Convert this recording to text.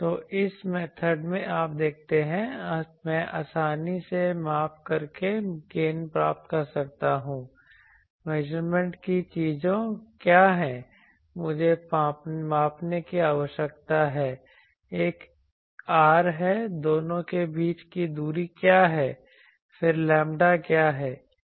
तो इस मेथड में आप देखते हैं मैं आसानी से माप करके गेन प्राप्त कर सकता हूं मेजरमेंट की चीजें क्या हैं मुझे मापने की आवश्यकता है एक R है दोनों के बीच की दूरी क्या है फिर लैम्ब्डा क्या है